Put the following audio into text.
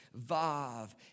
vav